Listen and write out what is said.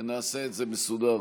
נעשה את זה מסודר.